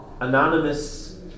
anonymous